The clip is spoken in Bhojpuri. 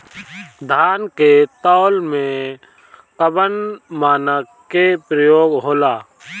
धान के तौल में कवन मानक के प्रयोग हो ला?